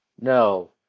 No